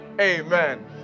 amen